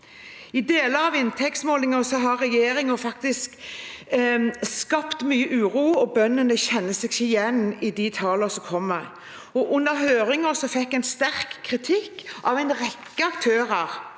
I deler av inntektsmålingen har regjeringen skapt mye uro, og bøndene kjenner seg ikke igjen i de tallene som kommer. Under høringen fikk en sterk kritikk av en rekke aktører.